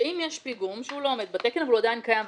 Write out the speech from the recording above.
אם יש פיגום שלא עומד בתקן אך הוא עדיין בשימוש,